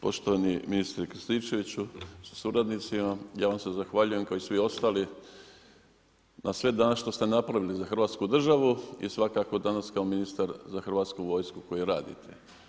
Poštovani ministre Krstičeviću sa suradnicima, ja vam se zahvaljujem kao i svi ostali na sve dane što ste napravili za hrvatsku državu i svakako danas kao ministar za hrvatsku vojsku u kojoj radite.